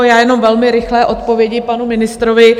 Jenom velmi rychle v odpovědi panu ministrovi.